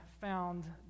found